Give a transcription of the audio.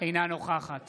אינה נוכחת